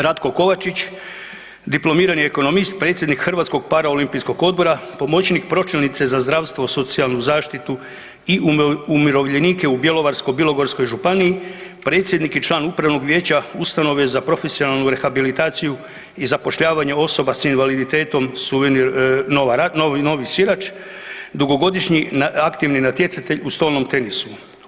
Ratko Kovačić dipl.oec., predsjednik Hrvatskog paraolimpijskog odbora, pomoćnik pročelnice za zdravstvo, socijalnu zaštitu i umirovljenike u Bjelovarsko-bilogorskoj županiji, predsjednik i član upravnog vijeća Ustanove za profesionalnu rehabilitaciju i zapošljavanje osoba s invaliditetom Novi Sirač, dugogodišnji aktivni natjecatelj u stolnom tenisu.